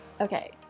Okay